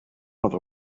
other